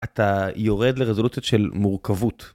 אתה יורד לרזולוציות של מורכבות.